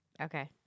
Okay